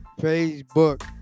Facebook